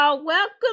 welcome